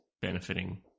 benefiting